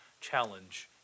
challenge